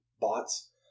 bots